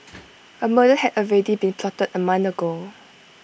A murder had already been plotted A month ago